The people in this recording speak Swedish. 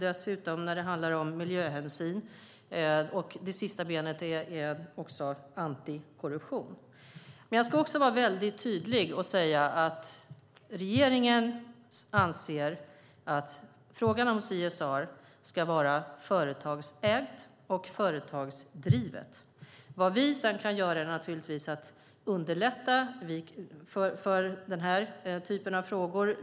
Dessutom handlar det om miljöhänsyn, och det sista benet är antikorruption. Jag ska vara väldigt tydlig och säga att regeringen anser att CSR ska vara företagsägt och företagsdrivet. Vad vi sedan kan göra är naturligtvis att underlätta för den här typen av frågor.